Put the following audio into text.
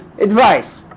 advice